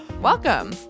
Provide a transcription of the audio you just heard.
Welcome